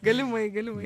galimai galimai